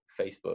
Facebook